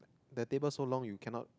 the table so long you cannot